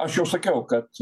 aš jau sakiau kad